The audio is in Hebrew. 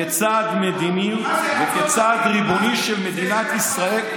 כצעד מדיני וכצעד ריבוני של מדינת ישראל,